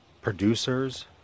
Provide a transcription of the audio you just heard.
producers